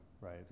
right